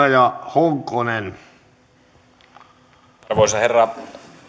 arvoisa herra